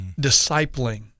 discipling